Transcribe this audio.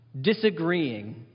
disagreeing